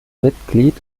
mitglied